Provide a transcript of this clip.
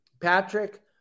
Patrick